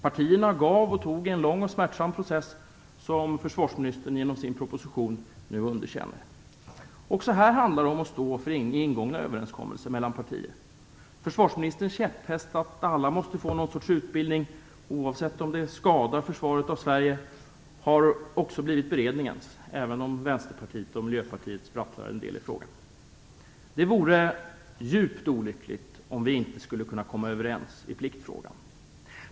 Partierna gav och tog en lång och smärtsam process, som försvarsministern genom sin proposition nu underkänner. Också här handlar det om att stå för ingångna överenskommelser mellan partierna. Försvarsministerns käpphäst att alla måste få någon sorts utbildning, oavsett om det skadar försvaret av Sverige, har också blivit beredningens, även om Vänsterpartiet och Miljöpartiet sprattlar en del i frågan. Det vore djupt olyckligt om vi inte skulle kunna komma överens i pliktfrågan.